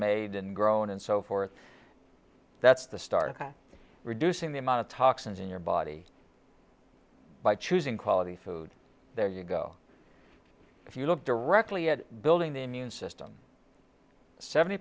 made and grown and so forth that's the start of reducing the amount of toxins in your body by choosing quality food there you go if you look directly at building the immune system seventy